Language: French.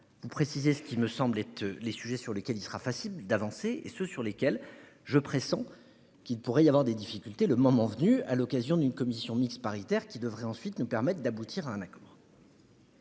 Pour préciser ce qui me semble être les sujets sur lesquels il sera facile d'avancer et ceux sur lesquels je pressens qu'il pourrait y avoir des difficultés, le moment venu, à l'occasion d'une commission mixte paritaire qui devrait ensuite nous permettent d'aboutir à un accord.